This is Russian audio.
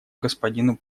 господину